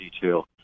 detail